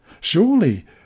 Surely